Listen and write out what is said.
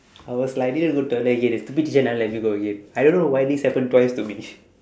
I was like I needed to go toilet again the stupid teacher never let me go again I don't know why this happen twice to me